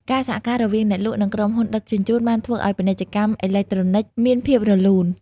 ការសហការរវាងអ្នកលក់និងក្រុមហ៊ុនដឹកជញ្ជូនបានធ្វើឱ្យពាណិជ្ជកម្មអេឡិចត្រូនិកមានភាពរលូន។